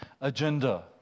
agenda